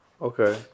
Okay